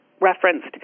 referenced